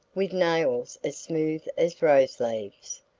with nails as smooth as rose-leaves.